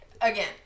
Again